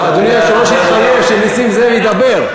אדוני היושב-ראש יתחלף כשנסים זאב ידבר.